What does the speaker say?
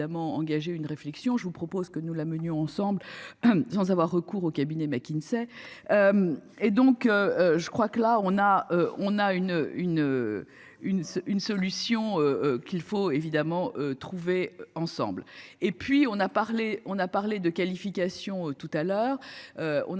engager une réflexion, je vous propose que nous la menions ensemble. Sans avoir recours au cabinet McKinsey. Et donc je crois que là on a, on a une une une une solution qu'il faut évidemment trouver ensemble et puis on a parlé, on a parlé de qualification tout à l'heure. On a